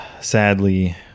sadly